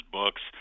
books